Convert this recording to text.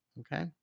Okay